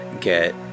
get